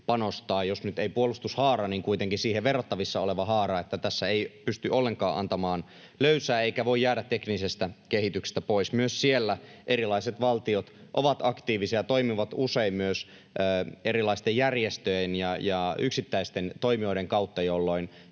jos nyt ei puolustushaara, niin kuitenkin siihen verrattavissa oleva haara — että tässä ei pysty ollenkaan antamaan löysää eikä voi jäädä teknisestä kehityksestä pois. Myös siinä erilaiset valtiot ovat aktiivisia ja toimivat usein myös erilaisten järjestöjen ja yksittäisten toimijoiden kautta, jolloin